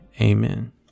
Amen